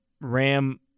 Ram